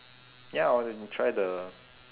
ya hor then try the